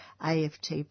AFT